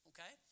Okay